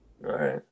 right